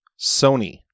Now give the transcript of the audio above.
Sony